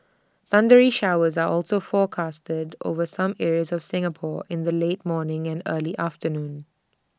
thundery showers are also forecast IT over some areas of Singapore in the late morning and early afternoon